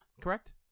correct